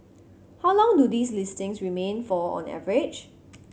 how long do these listings remain for on average